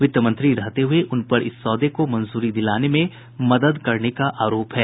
वित्त मंत्री रहते हुये उनपर इस सौदे को मंजूरी दिलाने में मदद करने का आरोप है